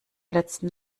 letzten